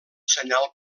senyal